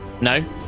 no